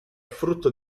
frutto